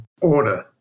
order